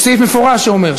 ויש סעיף מפורש שאומר,